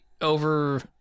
over